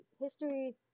history